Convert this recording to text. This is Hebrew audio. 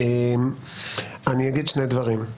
אני אגיד שני דברים.